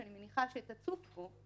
שאני מניחה שתצוף פה,